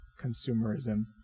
Consumerism